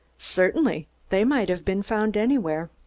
certainly. they might have been found anywhere.